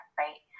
right